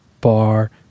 bar